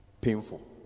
painful